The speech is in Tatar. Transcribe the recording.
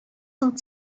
соң